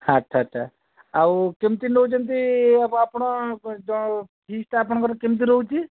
ଆଚ୍ଛା ଆଚ୍ଛା ଆଉ କେମିତି ନେଉଛନ୍ତି ଆପଣ ଫିସ୍ଟା ଆପଣଙ୍କର କେମିତି ରହୁଛି